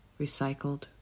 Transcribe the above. recycled